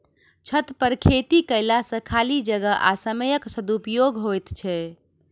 छतपर खेती कयला सॅ खाली जगह आ समयक सदुपयोग होइत छै